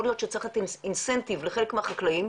יכול להיות שצריך לתת אינסנטיב לחלק מהחקלאים,